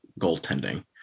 goaltending